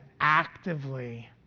actively